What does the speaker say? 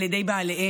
על ידי בעליהן,